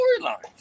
storylines